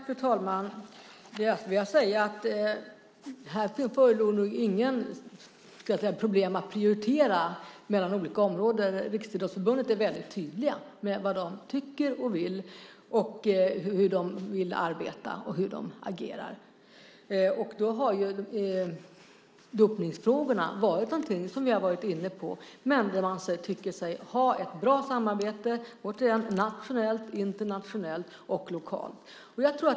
Fru talman! Här förelåg nog inget problem att prioritera mellan olika områden. Riksidrottsförbundet är tydligt med vad man tycker, hur man vill arbeta och agera. Vi har varit inne på dopningsfrågorna. Man tycker sig ha ett bra samarbete internationellt, nationellt och lokalt.